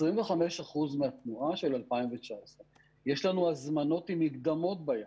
25% מהתנועה של 2019. יש לנו הזמנות עם מקדמות ביד.